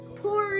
poor